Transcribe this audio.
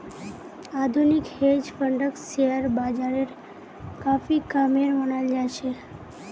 आधुनिक हेज फंडक शेयर बाजारेर काफी कामेर मनाल जा छे